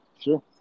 Sure